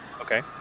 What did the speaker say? Okay